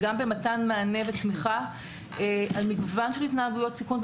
וגם במתן מענה ותמיכה על מגוון של התנהגויות סיכון,